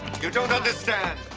you don't understand.